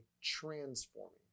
transforming